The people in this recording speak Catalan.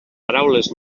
paraules